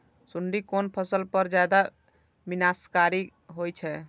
सुंडी कोन फसल पर ज्यादा विनाशकारी होई छै?